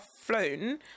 flown